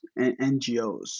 NGOs